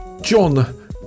John